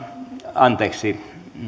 anteeksi